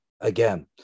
again